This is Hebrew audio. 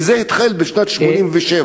כי זה התחיל בשנת 1987,